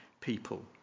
people